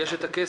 יש את הכסף.